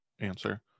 answer